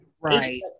right